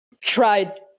tried